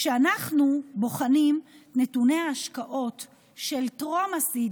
כשאנחנו בוחנים את נתוני ההשקעות של טרום ה-seed,